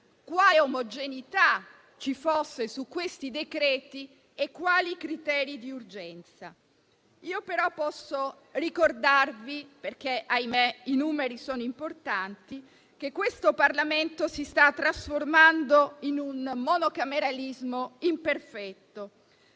quale omogeneità ci fosse in questi decreti e quali fossero i criteri di urgenza. Io però posso ricordarvi - perché, ahimè, i numeri sono importanti - che il nostro sistema parlamentare si sta trasformando in un monocameralismo imperfetto.